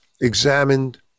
examined